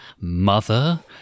mother